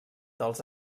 dels